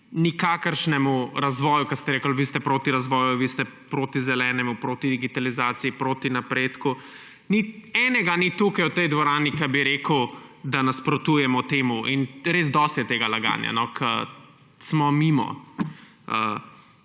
nikakršnemu razvoju, ker ste rekli: vi ste proti razvoju, vi ste proti zelenemu, proti digitalizaciji, proti napredku. Enega ni tukaj v tej dvorani, ki bi rekel, da nasprotujemo temu. Res, dosti je tega laganja, ker smo mimo